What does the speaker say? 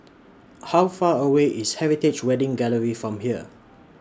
How Far away IS Heritage Wedding Gallery from here